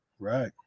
Right